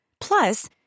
Plus